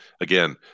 again